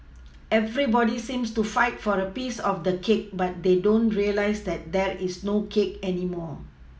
everybody seems to fight for a piece of the cake but they don't realise that there is no cake anymore